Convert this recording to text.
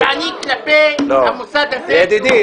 זה נראה פוגעני כלפי המוסד הזה --- ידידי,